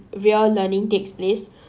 real learning takes place